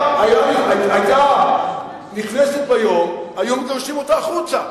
היתה נכנסת ביום, היו מגרשים אותה החוצה.